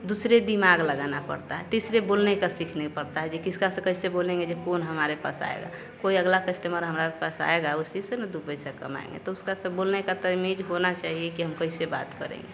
दूसरे दिमाग लगाना पड़ता है तीसरे बोलने का सीखना पड़ता है कि किससे कैसे बोलेंगे कि कौन हमारे पास आएगा कोई अगला कस्टमर हमारे पास आएगा उसी से ना दो पैसा कमाएगा तो उसका बोलने का तमीज़ होना चाहिए कि हम कैसे बात करें